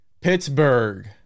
Pittsburgh